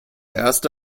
erste